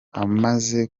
amaze